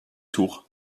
tour